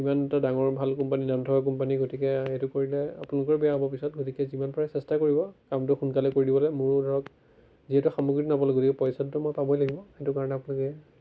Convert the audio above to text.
ইমান এটা ডাঙৰ ভাল কোম্পানী নাম থকা কোম্পানী গতিকে এইটো কৰিলে আপোনালোকৰে বেয়া হ'ব পিছত গতিকে যিমান পাৰে চেষ্টা কৰিব কামটো সোনকালে কৰি দিবলৈ মোৰো ধৰক যিহেতু সামগ্ৰীটো নাপালোঁ গতিকে পইচাটোতো মই পাবই লাগিব সেইটো কাৰণে আপোনালোকে